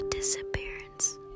Disappearance